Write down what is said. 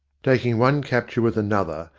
taking one capture with another,